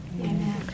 Amen